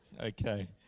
Okay